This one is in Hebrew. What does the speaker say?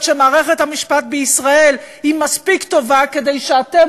שמערכת המשפט בישראל היא מספיק טובה כדי שאתן,